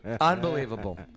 Unbelievable